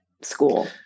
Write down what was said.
school